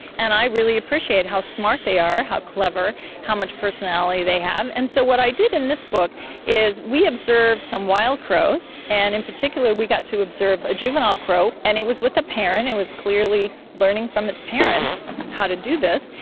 and i really appreciate how smart they are, how clever, how much personality they have. and so what i did in this book is we observed some wild crows, and in particular we got to observe a juvenile crow, and it was with a parent, it was clearly learning from its parent how to do this.